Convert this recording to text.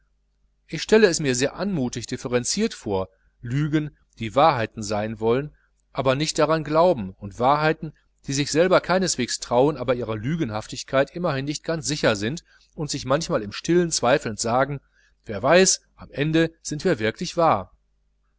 ich stelle es mir sehr anmutig differenziert vor lügen die wahrheiten sein wollen aber nicht daran glauben und wahrheiten die sich selber keineswegs trauen aber ihrer lügenhaftigkeit immerhin nicht ganz sicher sind und sich manchmal im stillen zweifelnd sagen wer weiß am ende sind wir wirklich wahr